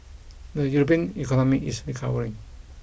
the European economy is recovering